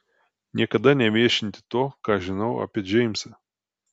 niekada neviešinti to ką žinau apie džeimsą